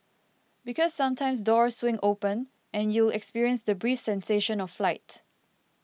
because sometimes doors swing open and you'll experience the brief sensation of flight